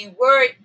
word